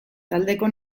taldeko